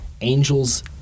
Angels